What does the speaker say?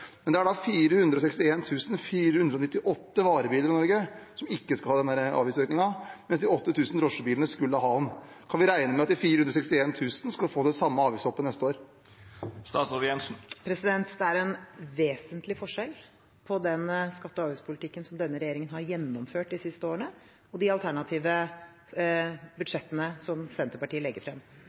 Men det er 461 498 varebiler i Norge som ikke får en slik avgiftsøkning, mens de 8 000 drosjebilene får. Kan vi regne med at de 461 000 varebilene får det samme avgiftshoppet neste år? Det er en vesentlig forskjell på den skatte- og avgiftspolitikken denne regjeringen har gjennomført de siste årene, og de alternative budsjettene som Senterpartiet har lagt frem.